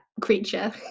creature